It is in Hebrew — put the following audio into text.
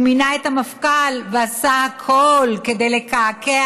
הוא מינה את המפכ"ל ועשה הכול כדי לקעקע